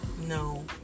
no